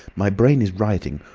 my brain is rioting.